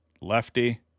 Lefty